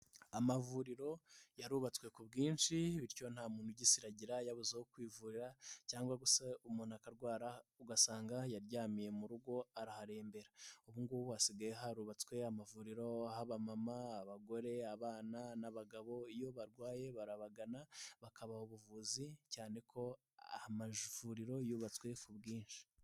Amavuriro yarubatswe ku bwinshi, bityo nta muntu ugisiragira yabuze aho kwivurira, cyangwa umuntu akarwara ugasanga yaryamiye mu rugo araharembera. Ubu ngubu hasigaye harubatswe ya amavuriro aho abamama, abagore, abana n'abagabo iyo barwaye barabagana bakabaha ubuvuzi, cyane ko amavuriro yubatswe ku bwinshi.